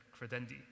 credendi